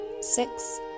six